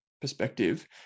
perspective